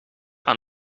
aan